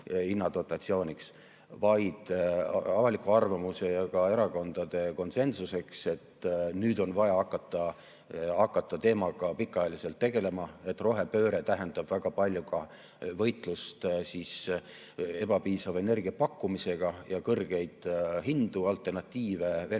vaid avaliku arvamuse ja ka erakondade konsensuse [tekitamiseks], et nüüd on vaja hakata teemaga pikaajaliselt tegelema, rohepööre tähendab väga palju ka võitlust ebapiisava energiapakkumisega ja kõrgeid hindu, alternatiive Vene